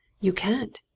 you can't!